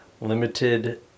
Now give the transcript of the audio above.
Limited